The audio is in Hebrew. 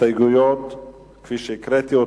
כפי שקראתי.